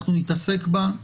אנחנו נתעסק בה.